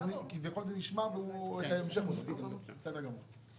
בסדר גמור.